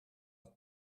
het